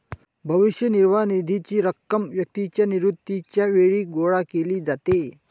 भविष्य निर्वाह निधीची रक्कम व्यक्तीच्या निवृत्तीच्या वेळी गोळा केली जाते